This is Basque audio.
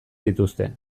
dituzte